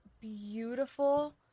beautiful